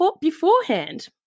beforehand